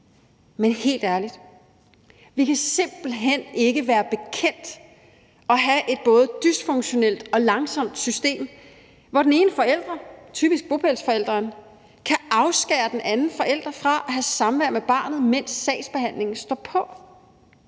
Men helt ærligt, vi kan simpelt hen ikke være bekendt at have et både dysfunktionelt og langsomt system, hvor den ene forælder, typisk bopælsforælderen, kan afskære den anden forælder fra at have samvær med barnet, mens sagsbehandlingen står på.